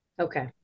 Okay